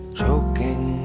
choking